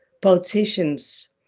politicians